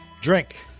Drink